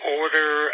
order